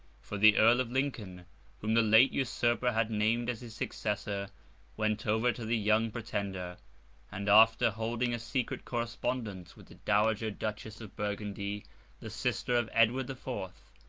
for the earl of lincoln whom the late usurper had named as his successor went over to the young pretender and, after holding a secret correspondence with the dowager duchess of burgundy the sister of edward the fourth,